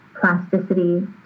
plasticity